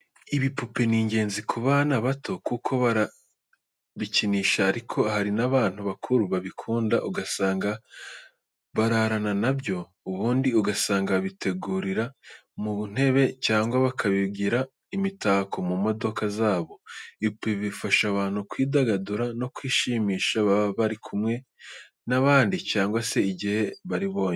Ibipupe ni ingenzi ku bana bato kuko barabikinisha, ariko hari n'abantu bakuru babikunda ugasanga bararana na byo, ubundi ugasanga babiteruye mu ntebe cyangwa bakabigira imitako mu modoka zabo. Ibipupe bifasha abana kwidagadura no kwishimisha baba bari kumwe n'abandi cyangwa se igihe ari bonyine.